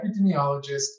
Epidemiologist